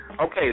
okay